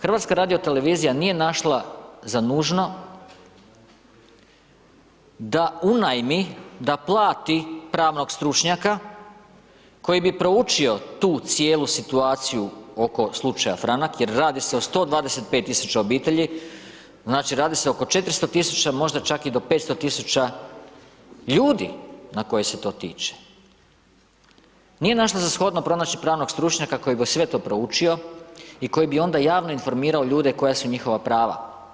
HRT nije našla za nužno da unajmi, da plati pravnog stručnjaka koji bi proučio tu cijelu situaciju oko slučaja Franak, jer radi se o 125.000 obitelji, znači radi se oko 400.000 možda čak i do 500.000 ljudi na koje se to tiče, nije našla za shodno pronaći pravnog stručnjaka koji bi sve to proučio i koji bi onda javno informirao ljude koja su njihova prava.